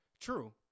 true